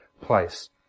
place